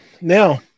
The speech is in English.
now